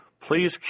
please